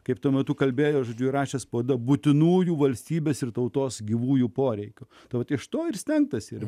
kaip tuo metu kalbėjo žodžiu rašė spauda būtinųjų valstybės ir tautos gyvųjų poreikių tad iš to ir stentas ir